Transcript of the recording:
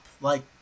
like-